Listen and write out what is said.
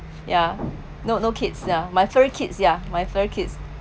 ya no no kids ya my fur kids yeah my fur kids